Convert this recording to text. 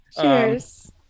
Cheers